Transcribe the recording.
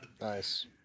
Nice